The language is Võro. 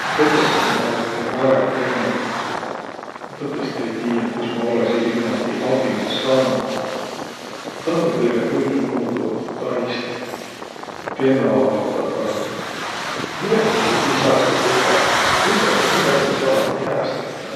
No tõtõstõ ma olõ teile väega tenolik. No tõtõstõ ei tiiäq, kuis ma olõsiq ilma tiiq abildaq saanuq. Ma tahtnu teile kuigimuudu taa iist tenno avaldaq vai midägi nigu ti hääs ka tetäq. Ütelgeq, midä a saa tiiq hääs tetäq?